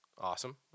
awesome